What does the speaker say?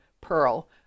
pearl